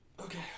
Okay